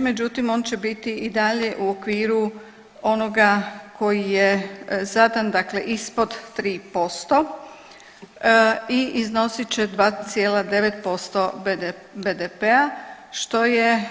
Međutim, on će biti i dalje u okviru onoga koji je zadan, dakle ispod 3% i iznosit će 2,9% BDP-a što je